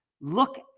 Look